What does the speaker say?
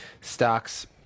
Stocks